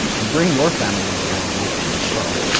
and bring your families along with you as well,